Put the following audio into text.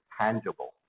tangible